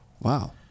Wow